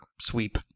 Sweep